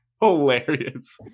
hilarious